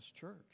church